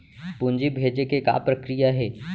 पूंजी भेजे के का प्रक्रिया हे?